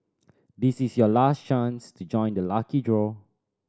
this is your last chance to join the lucky draw